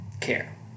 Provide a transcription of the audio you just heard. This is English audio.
care